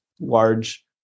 large